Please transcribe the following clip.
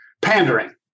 pandering